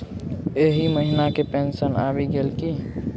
एहि महीना केँ पेंशन आबि गेल की